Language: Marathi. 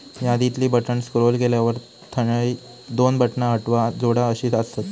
यादीतली बटण स्क्रोल केल्यावर थंय दोन बटणा हटवा, जोडा अशी आसत